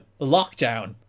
Lockdown